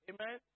Amen